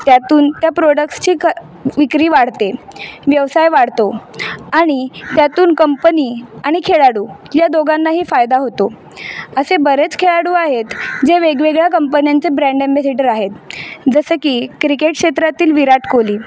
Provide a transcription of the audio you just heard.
त्यातून त्या प्रोडक्सची क विक्री वाढते व्यवसाय वाढतो आणि त्यातून कंपनी आणि खेळाडू या दोघांनाही फायदा होतो असे बरेच खेळाडू आहेत जे वेगवेगळ्या कंपन्यांचे ब्रँड एम्बॅसिटर आहेत जसं की क्रिकेट क्षेत्रातील विराट कोहली